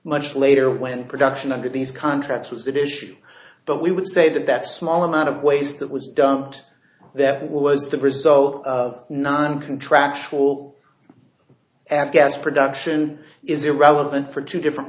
much later when production under these contracts was a dish but we would say that that small amount of ways that was dumped that was the result of nine contractual afghan's production is irrelevant for two different